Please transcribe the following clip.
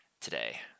today